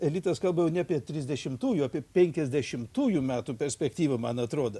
elitas kalba jau ne apie trisdešimtųjų apie penkiasdešimtųjų metų perspektyvą man atrodo